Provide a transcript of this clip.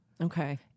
Okay